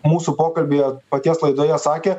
mūsų pokalbyje paties laidoje sakė